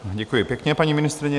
Děkuji pěkně, paní ministryně.